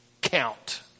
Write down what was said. count